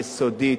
יסודית,